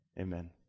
Amen